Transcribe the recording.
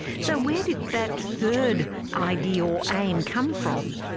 so where did that third idea or aim come from?